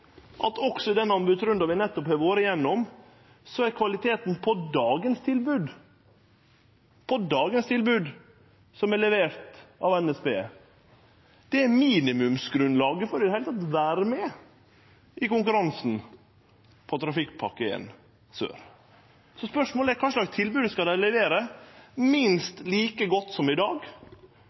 at også i den anbodsrunden vi nettopp har vore gjennom, er kvaliteten på dagens tilbod – dagens tilbod, levert av NSB – minimumsgrunnlaget for i det heile å vere med i konkurransen på Trafikkpakke 1 Sør. Det andre spørsmålet er: Kva slags tilbod skal dei levere minst like godt som i dag?